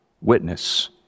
witness